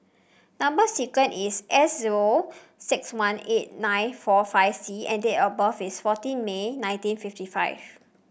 number sequence is S O six one eight nine four five C and date of birth is fourteen May nineteen fifty five